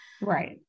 Right